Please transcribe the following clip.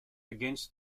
against